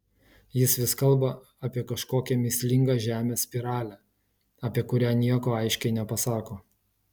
jis vis kalba apie kažkokią mįslingą žemės spiralę apie kurią nieko aiškiai nepasako